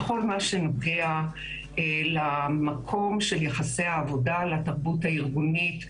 בכל מה שנוגע למקום של יחסי העבודה ולתרבות הארגונית,